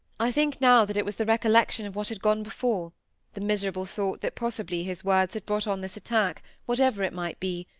i think now that it was the recollection of what had gone before the miserable thought that possibly his words had brought on this attack, whatever it might be,